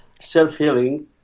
self-healing